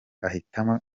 ahitamo